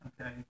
okay